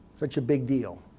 such a big deal.